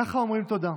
ככה אומרים תודה: